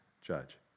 judge